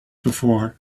before